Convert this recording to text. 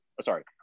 sorry